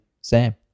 sam